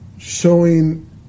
showing